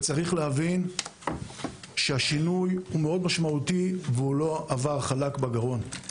צריך להבין שהשינוי משמעותי מאוד והוא לא עבר חלק בגרון.